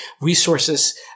resources